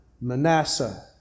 Manasseh